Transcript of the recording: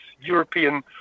European